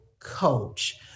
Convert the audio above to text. coach